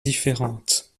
différentes